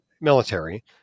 military